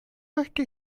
möchte